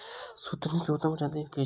सुथनी केँ उत्तम प्रजाति केँ अछि?